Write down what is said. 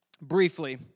briefly